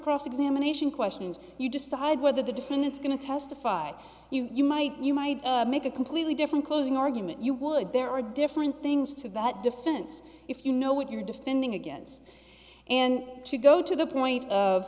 cross examination questions you decide whether the defendant's going to testify you might you might make a completely different closing argument you would there are different things to that defense if you know what you're defending against and to go to the point of